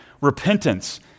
repentance